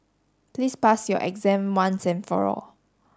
please pass your exam once and for all